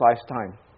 lifetime